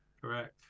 Correct